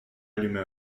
allumer